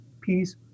peace